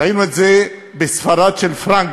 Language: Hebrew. ראינו את זה בספרד של פרנקו,